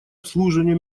обслуживание